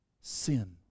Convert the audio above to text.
sin